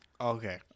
Okay